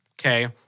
Okay